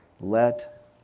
Let